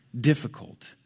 difficult